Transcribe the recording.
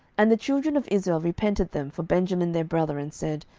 and the children of israel repented them for benjamin their brother, and said,